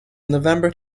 november